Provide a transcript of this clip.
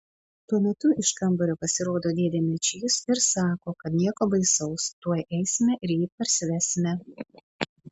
tuo metu iš kambario pasirodo dėdė mečys ir sako kad nieko baisaus tuoj eisime ir jį parsivesime